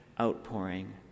outpouring